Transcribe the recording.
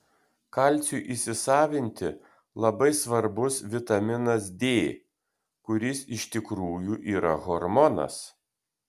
kalciui įsisavinti labai svarbus vitaminas d kuris iš tikrųjų yra hormonas